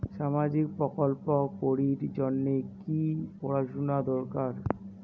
সামাজিক প্রকল্প করির জন্যে কি পড়াশুনা দরকার?